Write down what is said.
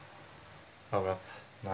how well